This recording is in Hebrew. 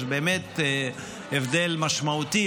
יש באמת הבדל משמעותי,